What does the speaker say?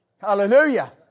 Hallelujah